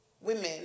women